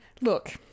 look